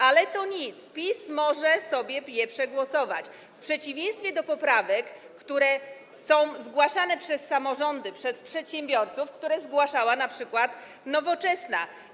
Ale to nic, PiS może sobie je przegłosować, w przeciwieństwie do poprawek, które są zgłaszane przez samorządy, przez przedsiębiorców, które zgłaszała np. Nowoczesna.